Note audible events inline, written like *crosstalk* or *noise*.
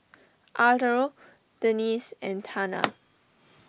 Arlo Denisse and Tana *noise*